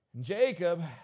Jacob